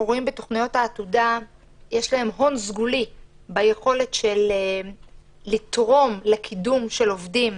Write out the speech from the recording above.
לתוכניות העבודה יש הון סגולי ביכולת לתרום לקידום של עובדים